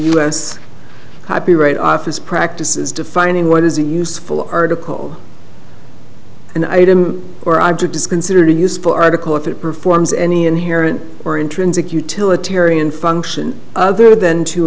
us copyright office practices defining what is a useful article and item or object is considered a useful article if it performs any inherent or intrinsic utilitarian function other than to